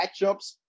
matchups